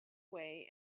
way